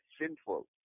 sinful